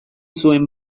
zuen